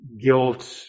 guilt